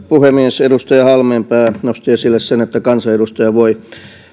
puhemies edustaja halmeenpää nosti esille sen että kansanedustaja voi